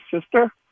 sister